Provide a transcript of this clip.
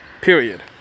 period